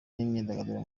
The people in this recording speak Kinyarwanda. n’imyidagaduro